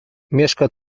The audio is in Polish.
mieszka